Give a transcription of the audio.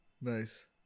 Nice